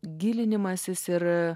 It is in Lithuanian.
gilinimasis ir